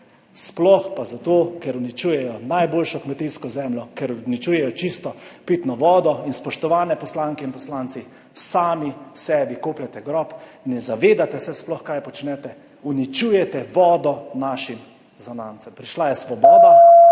sploh pa zato, ker uničujejo najboljšo kmetijsko zemljo, ker uničujejo čisto pitno vodo. Spoštovane poslanke in poslanci, sami sebi kopljete grob, sploh se ne zavedate, kaj počnete, uničujete vodo našim zanamcem. Prišla je Svoboda,